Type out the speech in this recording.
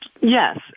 Yes